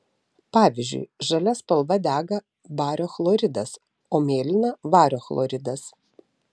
pavyzdžiui žalia spalva dega bario chloridas o mėlyna vario chloridas